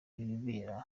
ibibera